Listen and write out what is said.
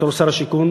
בתור שר השיכון,